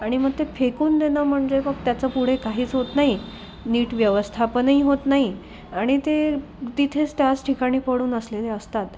आणि मग ते फेकून देणं म्हणजे मग त्याच पुढे काहीच होत नाही नीट व्यवस्थापनही होत नाही आणि ते तिथेच त्याच ठिकाणी पडून असलेले असतात